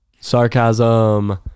Sarcasm